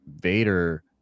Vader